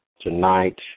Tonight